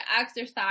exercise